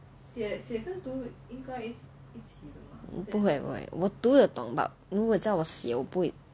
不会不会我读得懂 but 如果叫我写我不会